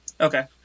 Okay